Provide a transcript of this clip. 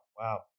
wow